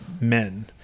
men